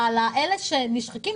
לאלה שנשחקים,